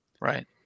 right